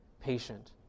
patient